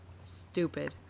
Stupid